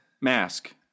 Mask